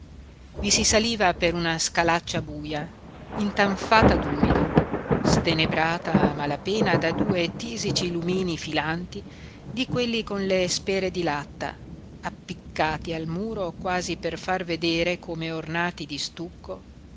i si saliva per una scalaccia buja intanfata d'umido stenebrata a malapena da due tisici lumini filanti di quelli con le spere di latta appiccati al muro quasi per far vedere come ornati di stucco